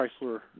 Chrysler